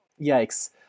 yikes